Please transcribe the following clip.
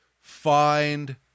find